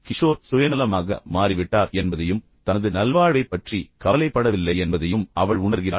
கிஷோர் சுயநலமாக மாறிவிட்டார் என்பதையும் தனது நல்வாழ்வைப் பற்றி கவலைப்படவில்லை என்பதையும் அவள் உணர்கிறாள்